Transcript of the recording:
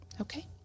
okay